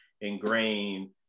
ingrained